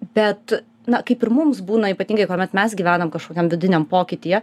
bet na kaip ir mums būna ypatingai kuomet mes gyvenam kažkokiam vidiniam pokytyje